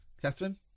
Catherine